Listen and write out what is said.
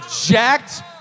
jacked